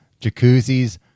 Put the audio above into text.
jacuzzis